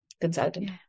consultant